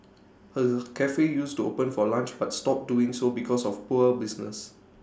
her Cafe used to open for lunch but stopped doing so because of poor business